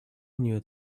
knew